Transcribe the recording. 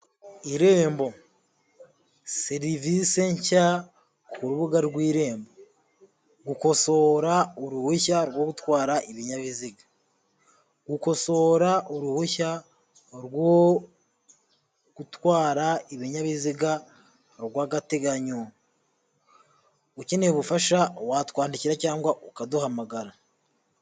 Irembo. Serivise nshya ku rubuga rw'irembo. Gukosora uruhushya rwo gutwara ibinyabiziga. Gukosora uruhushya rwo gutwara ibinyabiziga rw'agateganyo. Ukeneye ubufasha watwandikira cyangwa ukaduhamagara.